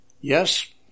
Yes